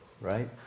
right